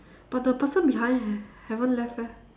but the person behind h~ haven't left